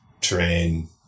terrain